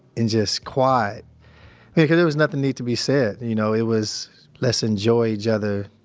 in just quiet. i mean because there was nothing need to be said. you know, it was let's enjoy each other,